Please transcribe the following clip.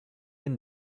end